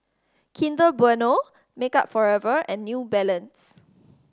Kinder Bueno Makeup Forever and New Balance